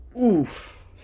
Oof